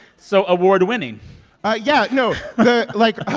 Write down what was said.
so award-winning yeah. no, the like,